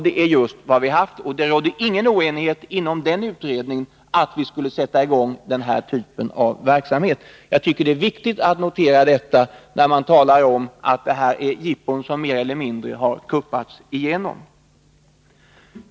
Det är just vad vi har haft, och det rådde ingen oenighet inom den utredningen om att vi skulle sätta i gång närradioverksamhet. Det är viktigt att notera detta, när det talas om att det här är fråga om saker som mer eller mindre har kuppats igenom.